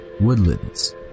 woodlands